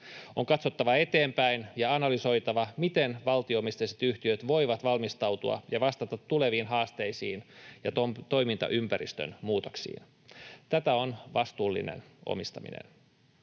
On katsottava eteenpäin ja analysoitava, miten valtio-omisteiset yhtiöt voivat valmistautua ja vastata tuleviin haasteisiin ja toimintaympäristön muutoksiin. Tätä on vastuullinen omistaminen.